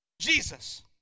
Jesus